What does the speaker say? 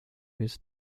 his